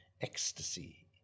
Ecstasy